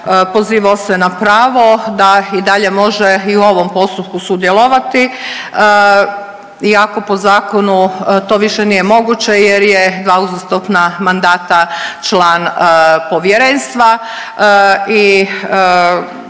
pozivao se na pravo da i dalje može i u ovom postupku sudjelovati iako po zakonu to nije moguće jer je dva uzastopna mandata član Povjerenstva i sud je to